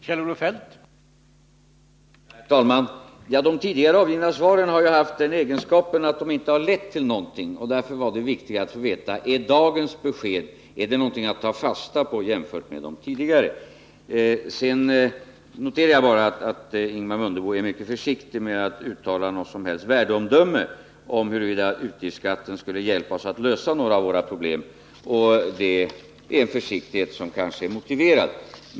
Herr talman! De tidigare avgivna svaren har ju haft den egenskapen att de inte har lett till någonting, och därför var det viktigt att få veta om dagens besked är någonting att ta fasta på jämfört med de tidigare: Sedan noterar jag bara att Ingemar Mundebo är mycket försiktig med att uttala något som helst värdeomdöme om huruvida utgiftsskatten skulle hjälpa oss att lösa några av våra problem. Det är en försiktighet som kanske är motiverad.